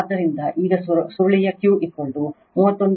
ಆದ್ದರಿಂದ ಈಗ ಸುರುಳಿಯ Q 31